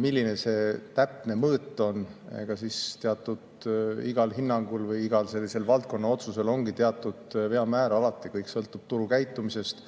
milline see täpne mõõt on? Igal hinnangul või igal sellisel valdkonna otsusel ongi alati teatud veamäär, kõik sõltub turu käitumisest,